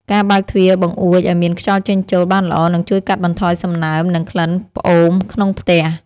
ការបើកទ្វារបង្អួចឱ្យមានខ្យល់ចេញចូលបានល្អនឹងជួយកាត់បន្ថយសំណើម និងក្លិនផ្អូមក្នុងផ្ទះ។